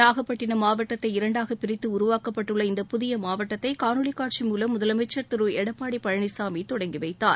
நாகப்பட்டினம் மாவட்டத்தை இரண்டாக பிரித்து உருவாக்கப்பட்டுள்ள இந்த புதிய மாவட்டத்தை காணொளி காட்சி மூலம் முதலமைச்சர் திரு எடப்பாடி பழனிசாமி தொடங்கி வைத்தார்